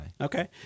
Okay